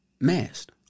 Masked